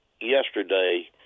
yesterday